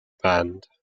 band